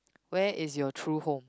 where is your true home